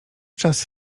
czas